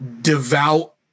devout